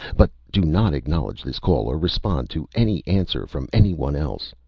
but do not acknowledge this call or respond to any answer from anyone else!